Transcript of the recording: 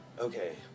Okay